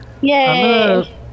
Yay